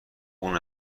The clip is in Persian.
اون